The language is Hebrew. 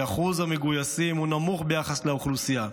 אחוז המגויסים הוא נמוך ביחס לאוכלוסייה.